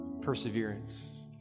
perseverance